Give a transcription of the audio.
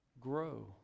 Grow